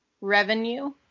revenue